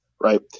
right